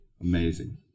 Amazing